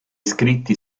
scritti